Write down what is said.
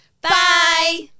Bye